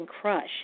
Crush